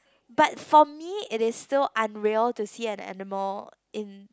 but for me it is still unreal to see an animal in